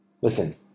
Listen